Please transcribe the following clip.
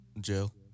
Jail